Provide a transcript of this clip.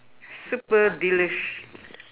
super delish